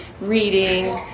reading